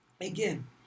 again